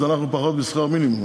אנחנו פחות משכר מינימום,